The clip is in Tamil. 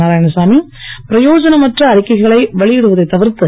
நாராயணசாமி பிரயோஜனமற்ற அறிக்கைகளை வெளியிடுவதைத் தவிர்த்து